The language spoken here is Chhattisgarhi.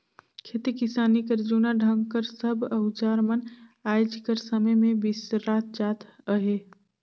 खेती किसानी कर जूना ढंग कर सब अउजार मन आएज कर समे मे बिसरात जात अहे